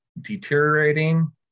deteriorating